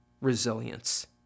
resilience